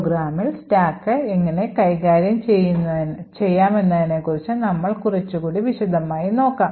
പ്രോഗ്രാമിൽ സ്റ്റാക്ക് എങ്ങനെ കൈകാര്യം ചെയ്യാമെന്നതിനെക്കുറിച്ച് നമ്മൾ കുറച്ചുകൂടി വിശദമായി നോക്കാം